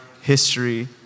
history